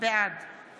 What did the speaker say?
בעד